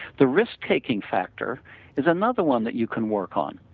the risk taking factor is another one that you can work on.